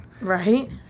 right